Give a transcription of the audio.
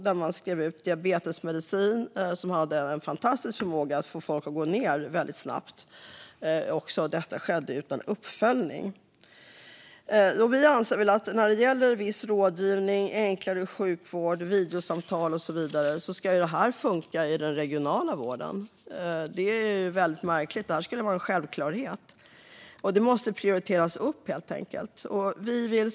De har skrivit ut diabetesmedicin, som har en fantastisk förmåga att få folk att gå ned i vikt snabbt. Och detta har skett utan uppföljning. Vi anser att en viss rådgivning och enklare sjukvård via videosamtal ska funka i den regionala vården. Det är märkligt att det inte är en självklarhet. Och därför måste den vården få prioritet.